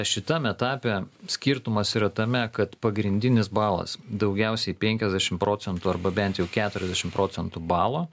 šitam etape skirtumas yra tame kad pagrindinis balas daugiausiai penkiasdešimt procentų arba bent jau keturiasdešimt procentų balo